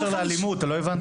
אבל מה הקשר לאלימות לא הבנתי?